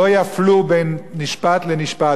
שלא יפלו בין נשפט לנשפט.